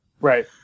Right